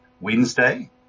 Wednesday